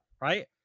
Right